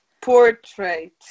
portrait